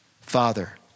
Father